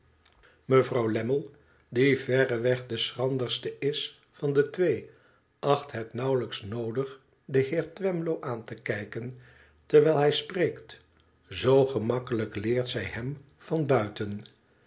mevrouw lammie die verreweg de schranderste is van de twee acht het nauwelijks noodig den heer twemlow aan te kijken terwijl hij spreekt zoo gemakkelijk leert zij hem van buiten